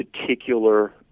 particular